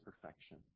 perfection